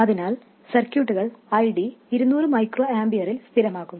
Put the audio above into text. അതിനാൽ സർക്യൂട്ടുകൾ ID 200 μAയിൽ സ്ഥിരമാകും